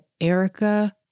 Erica